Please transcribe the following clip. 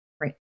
Right